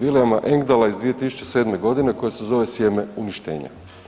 Williama Engdahl iz 2007. godine koja se zove Sjeme uništenja.